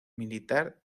militar